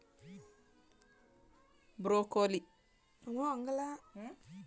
broccoli ತರಕಾರಿಯನ್ನು ಹೆಚ್ಚು ಬಳಸುವುದರಿಂದ ಥೈರಾಯ್ಡ್ ಸಂಬಂಧಿ ಸಮಸ್ಯೆ ಉಂಟಾಗಬೋದು